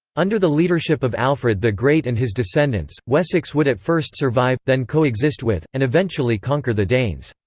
under the leadership of alfred the great and his descendants, wessex would at first survive, then coexist with, and eventually conquer the danes.